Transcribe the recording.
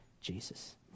Jesus